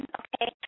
okay